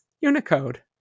Unicode